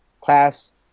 class